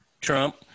Trump